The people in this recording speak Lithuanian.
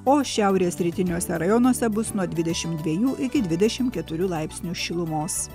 o šiaurės rytiniuose rajonuose bus nuo dvidešimt dviejų iki dvidešim keturių laipsnių šilumos